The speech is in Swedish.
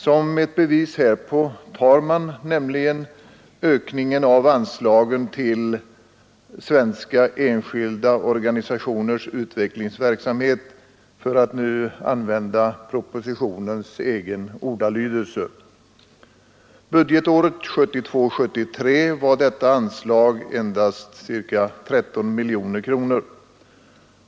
Som ett bevis härpå tar man nämligen ökningen av anslagen till ”svenska enskilda organisationers utvecklingsverksamhet”, för att nu använda propositionens egen ordalydelse. Budgetåret 1972/73 var detta anslag endast ca 13 miljoner kronor.